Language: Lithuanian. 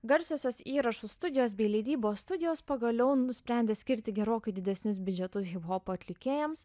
garsiosios įrašų studijos bei leidybos studijos pagaliau nusprendė skirti gerokai didesnius biudžetus hiphopo atlikėjams